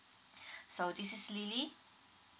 so this is lily